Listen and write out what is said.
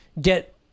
get